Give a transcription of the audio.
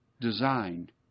designed